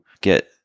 get